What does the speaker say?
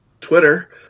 twitter